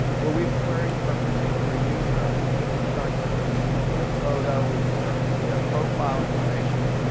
where we've queried for a particular user, and we can start to see their photo, we can start to see their profile information,